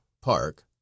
park